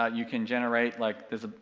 ah you can generate, like, there's a,